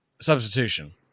substitution